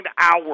hours